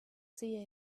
see